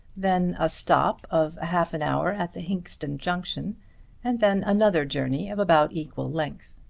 then a stop of half an hour at the hinxton junction and then another journey of about equal length.